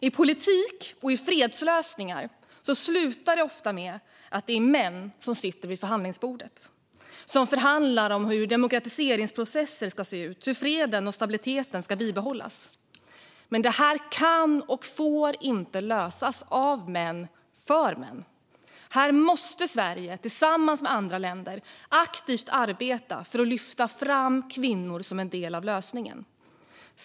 I politik och i fredslösningar slutar det ofta med att män sitter vid förhandlingsbordet och förhandlar om hur demokratiseringsprocesser ska se ut och hur fred och stabilitet ska bibehållas. Men detta kan och får inte lösas av män för män. Här måste Sverige, tillsammans med andra länder, aktivt arbeta för att lyfta fram kvinnor som en del av lösningen.